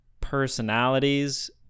personalities